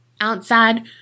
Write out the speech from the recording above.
outside